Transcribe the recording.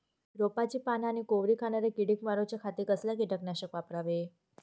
रोपाची पाना आनी कोवरी खाणाऱ्या किडीक मारूच्या खाती कसला किटकनाशक वापरावे?